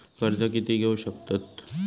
कर्ज कीती घेऊ शकतत?